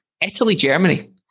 Italy-Germany